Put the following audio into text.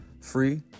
free